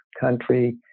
country